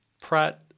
Pratt